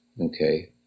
okay